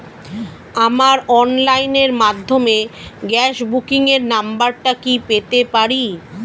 আমার অনলাইনের মাধ্যমে গ্যাস বুকিং এর নাম্বারটা কি পেতে পারি?